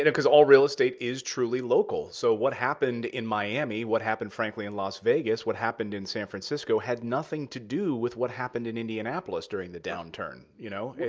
and because all real estate is truly local. local. so what happened in miami, what happened, frankly, in las vegas, what happened in san francisco, had nothing to do with what happened in indianapolis during the downturn. you know,